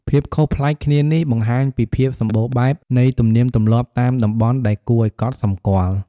ភាពខុសប្លែកគ្នានេះបង្ហាញពីភាពសម្បូរបែបនៃទំនៀមទម្លាប់តាមតំបន់ដែលគួរឲ្យកត់សម្គាល់។